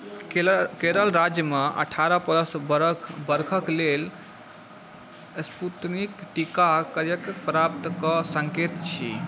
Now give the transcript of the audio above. केरल राज्यमे अठारह प्लस बरखके लेल स्पूतनिक टीका कतयसँ प्राप्त कऽ सकैत छी